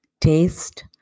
taste